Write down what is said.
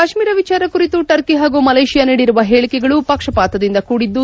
ಕಾಶ್ಮೀರ ವಿಚಾರ ಕುರಿತು ಟರ್ಕಿ ಹಾಗೂ ಮಲೇಶಿಯಾ ನೀಡಿರುವ ಹೇಳಿಕೆಗಳು ಪಕ್ಷಪಾತದಿಂದ ಕೂಡಿದ್ದು